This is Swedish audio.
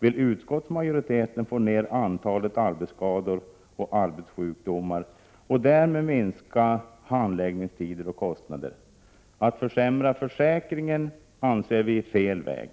vill utskottsmajoriteten minska antalet arbetsskador och arbetssjukdomar och därmed minska handläggningstider och kostnader. Att försämra försäkringen anser vi är fel väg.